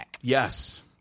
yes